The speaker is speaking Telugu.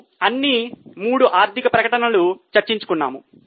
మనం అన్ని 3 ఆర్థిక ప్రకటనలు చర్చించుకున్నాము